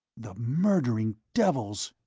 the murdering devils!